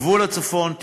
גבול הצפון,